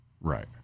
Right